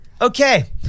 Okay